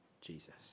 Jesus